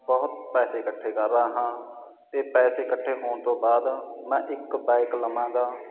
ਬਹੁਤ ਪੈਸੇ ਇਕੱਠੇ ਕਰ ਰਹਾ ਹਾਂ ਅਤੇ ਪੈਸੇ ਇਕੱਠੇ ਹੋਣ ਤੋਂ ਬਾਅਦ ਮੈਂ ਇੱਕ ਬਾਈਕ ਲਵਾਂਗਾ